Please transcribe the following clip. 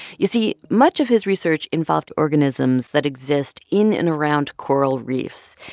you see, much of his research involved organisms that exist in and around coral reefs.